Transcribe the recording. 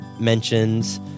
mentions